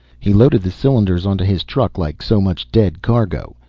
he loaded the cylinders onto his truck like so much dead cargo.